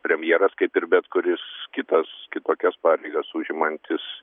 premjeras kaip ir bet kuris kitas kitokias pareigas užimantis